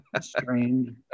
Strange